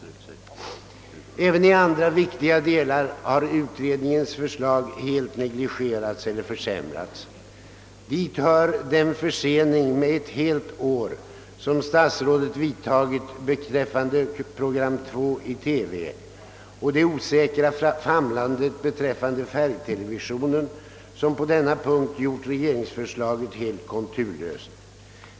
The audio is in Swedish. Även i andra viktiga delar har utredningens förslag helt nonchalerats eller försämrats. Dit hör den försening på ett helt år som statsrådet åstadkommit beträffande program 2 i TV och det osäkra famlandet beträffande färgtelevisionen, som på denna punkt gjort regeringens förslag helt konturlöst.